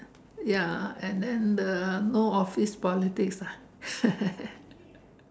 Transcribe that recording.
ya and then the no office politics ah